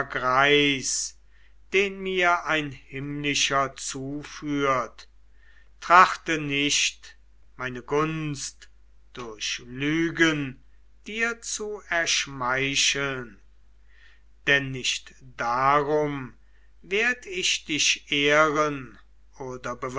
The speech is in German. den mir ein himmlischer zuführt trachte nicht meine gunst durch lügen dir zu erschmeicheln denn nicht darum werd ich dich ehren oder